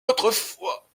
autrefois